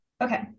Okay